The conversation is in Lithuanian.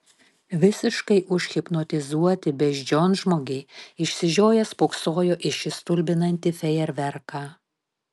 visiškai užhipnotizuoti beždžionžmogiai išsižioję spoksojo į šį stulbinantį fejerverką